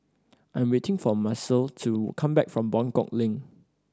I am waiting for Macel to come back from Buangkok Link